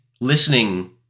listening